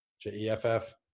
J-E-F-F